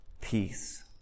peace